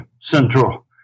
central